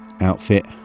outfit